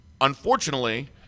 unfortunately